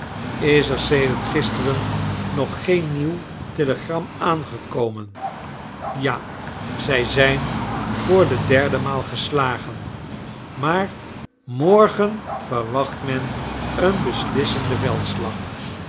is er sedert gisteren nog geen nieuw telegram aangekomen ja zij zijn voor de derdemaal geslagen maar morgen verwacht men een beslissenden veldslag